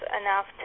enough